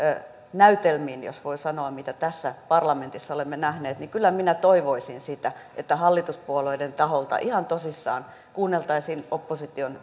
näytelmiin jos voi sanoa mitä tässä parlamentissa olemme nähneet kyllä minä toivoisin sitä että hallituspuolueiden taholta ihan tosissaan kuunneltaisiin opposition